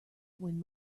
when